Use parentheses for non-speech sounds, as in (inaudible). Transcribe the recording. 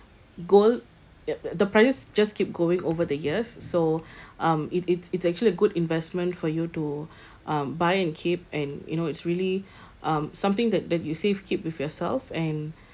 gold th~ th~ the price just keep growing over the years so (breath) um it it's it's actually a good investment for you (breath) um to buy and keep and you know it's really (breath) um something that that you safekeep with yourself and (breath)